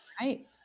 right